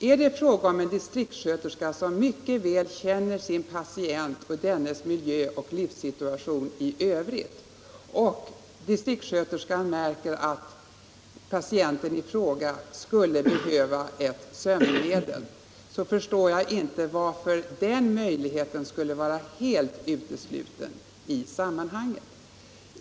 Är det fråga om en distriktssköterska som mycket väl känner sin patient och dennes miljö och livssituation i övrigt och distriktssköterskan märker att patienten i fråga skulle behöva ett sömnmedel, så förstår jag inte varför möjligheten att hon förskriver ett sådant skulle vara helt utesluten i sammanhanget.